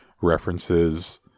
references